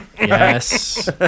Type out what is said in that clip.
Yes